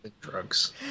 drugs